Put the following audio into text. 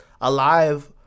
alive